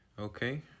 okay